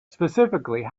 specifically